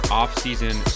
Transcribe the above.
off-season